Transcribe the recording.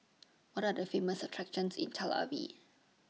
What Are The Famous attractions in Tel Aviv